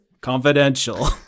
confidential